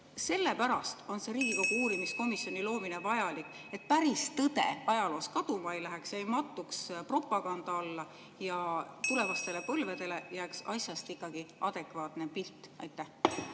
sellepärast on Riigikogu uurimiskomisjoni loomine vajalik, et päris tõde ajaloos kaduma ei läheks ega mattuks propaganda alla, ja tulevastele põlvedele jääks asjast ikkagi adekvaatne pilt? Aitäh,